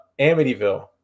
Amityville